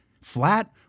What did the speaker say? flat